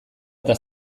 eta